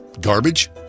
garbage